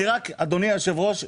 אדוני היושב ראש,